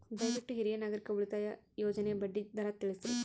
ದಯವಿಟ್ಟು ಹಿರಿಯ ನಾಗರಿಕರ ಉಳಿತಾಯ ಯೋಜನೆಯ ಬಡ್ಡಿ ದರ ತಿಳಸ್ರಿ